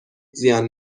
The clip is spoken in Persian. زیان